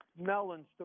melons